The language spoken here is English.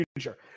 future